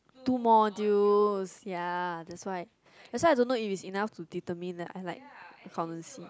two modules ya that's why that's why I don't know if it's enough to determine that I like accountancy